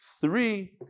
three